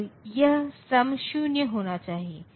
तो यह ऋणात्मक संख्या प्रतिनिधित्व को आसान बनाता है